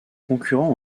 concurrent